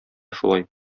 шулай